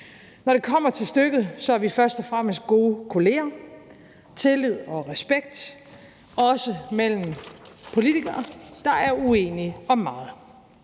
Når det kommer til stykket, er vi først og fremmest gode kolleger. Der er tillid og respekt, også mellem politikere, der er uenige om meget.